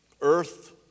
Earth